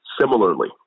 similarly